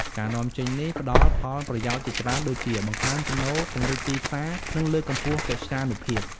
ការនាំចេញនេះផ្ដល់ផលប្រយោជន៍ជាច្រើនដូចជា បង្កើនចំណូល ពង្រីកទីផ្សារ និងលើកកម្ពស់កិត្យានុភាព។